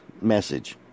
message